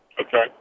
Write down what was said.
Okay